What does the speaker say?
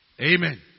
Amen